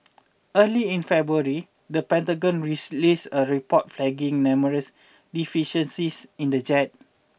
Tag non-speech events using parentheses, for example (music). early in February the Pentagon (unintelligible) a report flagging numerous deficiencies in the jet